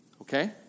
Okay